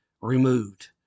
removed